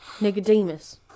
Nicodemus